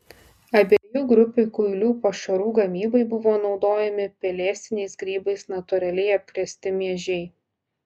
abiejų grupių kuilių pašarų gamybai buvo naudojami pelėsiniais grybais natūraliai apkrėsti miežiai